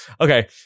Okay